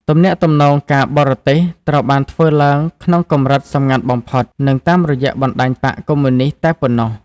ទំនាក់ទំនងការបរទេសត្រូវបានធ្វើឡើងក្នុងកម្រិតសម្ងាត់បំផុត និងតាមរយៈបណ្ដាញបក្សកុម្មុយនីស្តតែប៉ុណ្ណោះ។